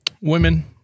Women